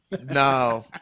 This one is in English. no